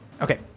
Okay